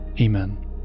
amen